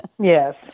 Yes